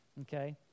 Okay